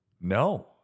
No